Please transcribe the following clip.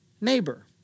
neighbor